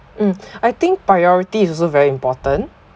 mm I think priority is also very important